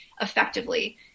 effectively